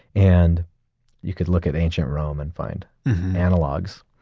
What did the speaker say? and you could look at ancient rome and find analogs,